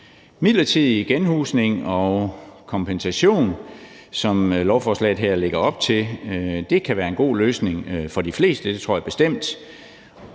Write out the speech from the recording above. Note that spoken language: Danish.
Midlertidig genhusning og kompensation, som lovforslaget her lægger op til, kan være en god løsning for de fleste, det tror jeg bestemt,